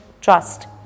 trust